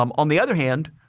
um on the other hand,